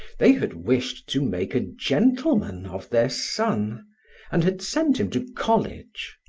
they had wished to make a gentleman of their son and had sent him to college.